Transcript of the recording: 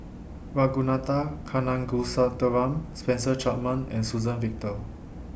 Ragunathar Kanagasuntheram Spencer Chapman and Suzann Victor